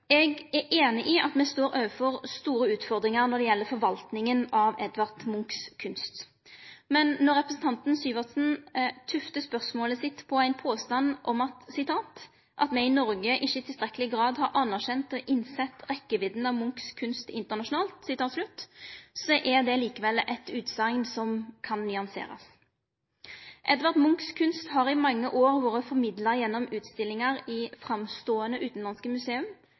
Eg er einig i at me står overfor store utfordringar når det gjeld forvaltninga av Edvard Munchs kunst. Men når representanten Syversen tuftar spørsmålet sitt på ein påstand om at «vi i Norge ikke i tilstrekkelig grad har anerkjent og innsett rekkevidden av Munchs kunst internasjonalt», er det likevel ei utsegn som kan nyanserast. Edvard Munchs kunst har i mange år vore formidla gjennom utstillingar i framståande utanlandske museum.